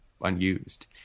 unused